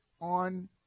on